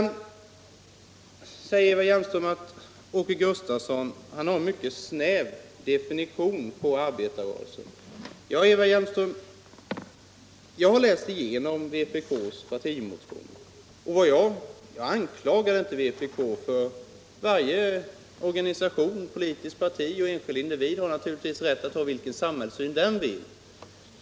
Eva Hjelmström säger: Åke Gustavsson har en snäv definition på arbetarrörelsen. Ja, jag har läst igenom vpk:s partimotion, men jag anklagade inte vpk. Varje organisation, politiskt parti och enskild individ har naturligtvis rätt att ha vilken samhällssyn som helst.